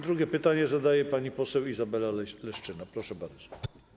Drugie pytanie zadaje pani poseł Izabela Leszczyna Proszę bardzo.